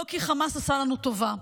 לא מכיוון שחמאס עשה לנו טובה.